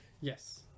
Yes